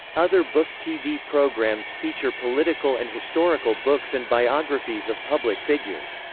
other book tv programs feature political and historical books and biographies of public figures.